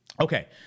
Okay